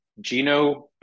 gino